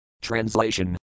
Translation